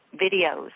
videos